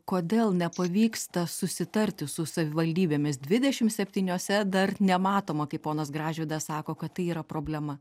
kodėl nepavyksta susitarti su savivaldybėmis dvidešim septyniose dar nematoma kaip ponas gražvydas sako kad tai yra problema